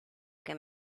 que